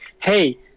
hey